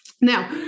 Now